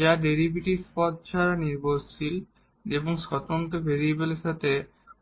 যা derivative term ছাড়া dependent এবং স্বতন্ত্র ভেরিয়েবলের মধ্যে যে